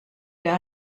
der